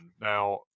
now